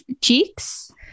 cheeks